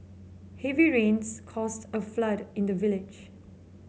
heavy rains caused a flood in the village